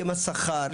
גם בהיבט של הסכם השכר,